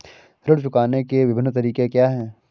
ऋण चुकाने के विभिन्न तरीके क्या हैं?